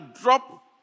drop